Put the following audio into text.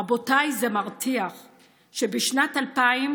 רבותיי, זה מרתיח שבשנת 2020